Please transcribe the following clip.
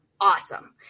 awesome